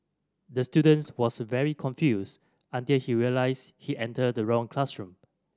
the students was very confused until he realised he entered the wrong classroom